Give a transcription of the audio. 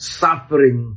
suffering